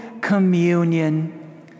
Communion